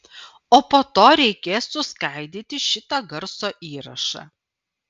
o po to reikės suskaidyti šitą garso įrašą